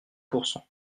pourcent